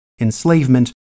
enslavement